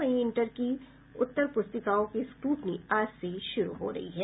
वहीं इंटर की उत्तर पुस्तिकाओं की स्क्रूटनी आज से शुरू हो रही है